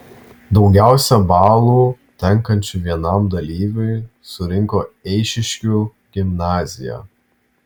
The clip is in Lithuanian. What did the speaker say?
daugiausiai balų tenkančių vienam dalyviui surinko eišiškių gimnazija